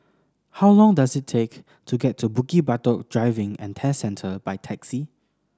how long does it take to get to Bukit Batok Driving and Test Centre by taxi